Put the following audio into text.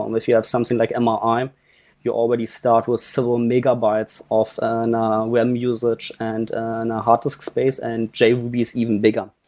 um if you have something like mri, um um um you already start with several megabytes of a and web usage and and a hard disc space and jruby is even bigger.